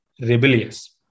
rebellious